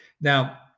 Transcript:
Now